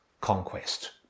conquest